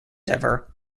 ever